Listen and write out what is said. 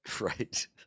Right